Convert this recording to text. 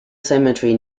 cemetery